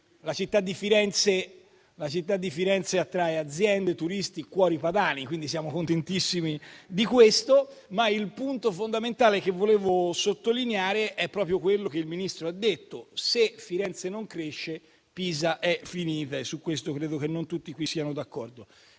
la città di Firenze attrae aziende, turisti, cuori padani. Quindi, siamo contentissimi di questo. Però, il punto fondamentale che io volevo sottolineare è proprio quello che il Ministro ha detto: se Firenze non cresce, Pisa è finita, anche se su questo credo che non tutti qui siano d'accordo.